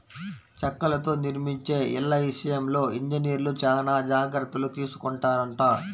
చెక్కలతో నిర్మించే ఇళ్ళ విషయంలో ఇంజనీర్లు చానా జాగర్తలు తీసుకొంటారంట